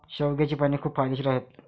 शेवग्याची पाने खूप फायदेशीर आहेत